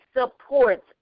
supports